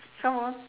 come on